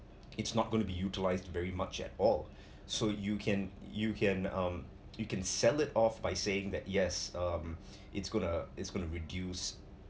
it's not going to be utilised very much at all so you can you can um you can sell it off by saying that yes um it's gonna it's gonna reduce